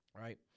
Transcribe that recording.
right